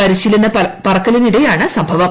പരിശീലന പറക്കലിനിടെയാണ് സംഭവം